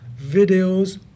videos